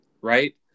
right